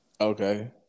okay